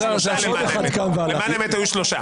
למען האמת היו שלושה.